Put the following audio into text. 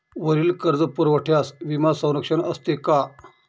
वरील कर्जपुरवठ्यास विमा संरक्षण असते का?